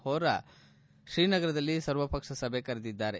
ವೋಹ್ರಾ ಶ್ರೀನಗರದಲ್ಲಿ ಸರ್ವ ಪಕ್ಷ ಸಭೆ ಕರೆದಿದ್ಲಾರೆ